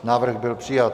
Návrh byl přijat.